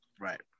right